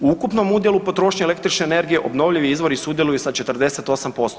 U ukupnom udjelu potrošnje električne energije obnovljivi izvori sudjeluju sa 48%